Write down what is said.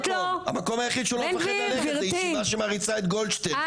המקום היחידי שהוא לא מפחד ללכת זו ישיבה שמעריצה את גולדשטיין.